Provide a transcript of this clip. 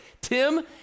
Tim